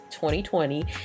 2020